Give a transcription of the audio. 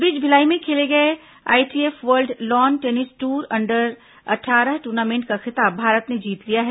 इस बीच भिलाई में खेले गए ITF world lawn tennis tour under अट्ठारह टूर्नामेंट का खिताब भारत ने जीत लिया है